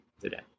today